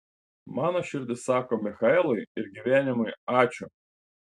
mano širdis sako michaelui ir gyvenimui ačiū